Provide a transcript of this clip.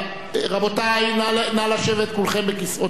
רבותי, נא לשבת כולכם בכיסאותיכם.